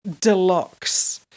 deluxe